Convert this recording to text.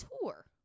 tour